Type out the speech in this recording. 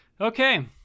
Okay